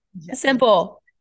Simple